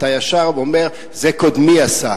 אתה ישר אומר: זה קודמי עשה.